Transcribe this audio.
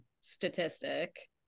statistic